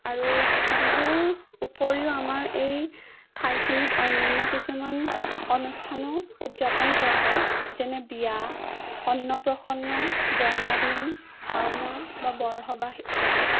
আৰু বিহুৰ উপৰিও আমাৰ এই ঠাইখিনিত অন্যান্য কিছুমান অনুষ্ঠানো উদযাপন কৰা হয় যেনে বিয়া অন্নপ্ৰসন্ন জন্মদিন ভাওনা বা বৰসবাহ ইত্যাদি